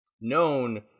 known